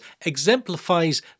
exemplifies